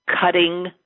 Cutting